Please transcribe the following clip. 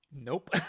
Nope